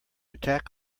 attack